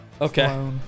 Okay